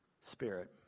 spirit